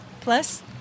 plus